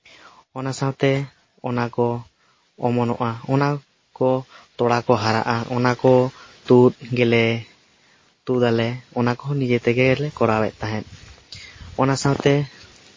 ᱚᱱᱟ ᱥᱟᱶᱛᱮ ᱚᱱᱟ ᱠᱚ ᱚᱢᱚᱱᱚᱜᱼᱟ ᱚᱱᱟ ᱠᱚ ᱛᱚᱞᱟ ᱠᱚ ᱦᱟᱨᱟᱜᱼᱟ ᱚᱱᱟ ᱠᱚ ᱛᱩᱫ ᱜᱮᱞᱮ ᱛᱩᱫᱟᱞᱮ ᱚᱱᱟ ᱠᱚᱦᱚᱸ ᱱᱤᱡᱮ ᱛᱮᱜᱮᱞᱮ ᱠᱚᱨᱟᱣᱮᱫ ᱛᱟᱦᱮᱸᱫ ᱚᱱᱟ ᱥᱟᱶᱛᱮ